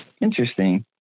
Interesting